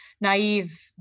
naive